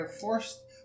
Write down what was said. forced